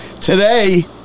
today